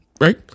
right